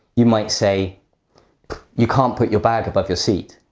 you might say you can't put your bag above your seat.